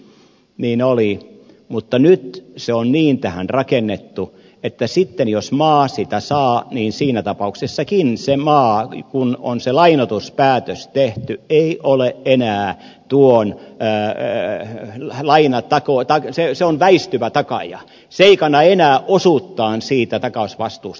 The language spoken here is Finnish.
niin oli mutta nyt se on niin tähän rakennettu että sitten jos maa sitä saa niin siinä tapauksessakin se maa kun on se lainoituspäätös tehty ei ole enää tuon hänen lajina tarkoita kyseessä on väistyvä takaaja se ei kanna enää osuuttaan siitä takausvastuusta